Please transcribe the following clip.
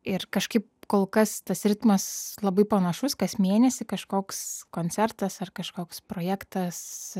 ir kažkaip kol kas tas ritmas labai panašus kas mėnesį kažkoks koncertas ar kažkoks projektas